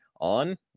on